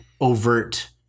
overt